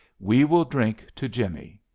we will drink to jimmie!